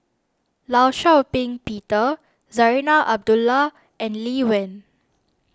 Law Shau Ping Peter Zarinah Abdullah and Lee Wen